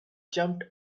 jumped